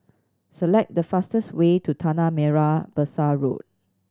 select the fastest way to Tanah Merah Besar Road